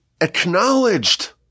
acknowledged